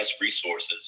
resources